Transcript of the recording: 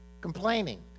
complaining